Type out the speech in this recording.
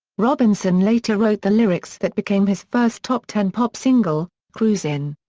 robinson later wrote the lyrics that became his first top ten pop single, cruisin'.